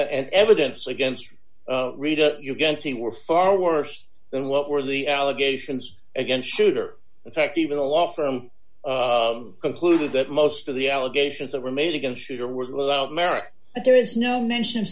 evidence against rita you can see were far worse than what were the allegations against souter in fact even a law firm concluded that most of the allegations that were made against shooter without merit but there is no mention